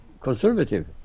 conservative